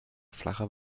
flacher